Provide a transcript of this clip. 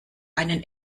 einen